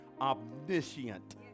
omniscient